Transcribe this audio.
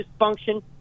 dysfunction